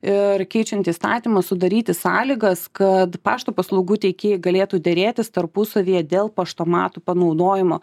ir keičiant įstatymus sudaryti sąlygas kad pašto paslaugų teikėjai galėtų derėtis tarpusavyje dėl paštomatų panaudojimo